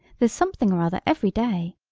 there's something or other every day.